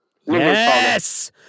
Yes